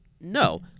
No